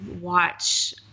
watch